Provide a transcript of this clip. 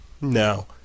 No